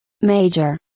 Major